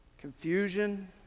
confusion